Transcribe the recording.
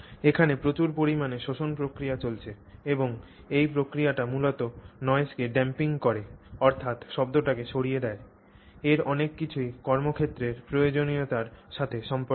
এখানে প্রচুর পরিমাণে শোষণ প্রক্রিয়া চলছে এবং এই প্রক্রিয়াটি মূলত নয়েজকে ড্যাম্পিং করে অর্থাৎ শব্দটিকে সরিয়ে দেয় এর অনেক কিছুই কর্মক্ষেত্রের প্রয়োজনীয়তার সাথে সম্পর্কিত